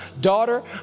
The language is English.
daughter